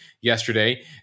yesterday